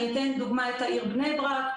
אני אתן דוגמה את העיר בני ברק,